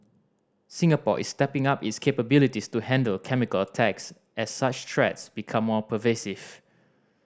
Singapore is stepping up its capabilities to handle chemical attacks as such threats become more pervasive